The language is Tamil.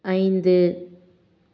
ஐந்து